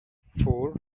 four